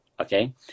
okay